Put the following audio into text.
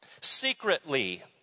Secretly